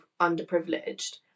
underprivileged